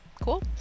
cool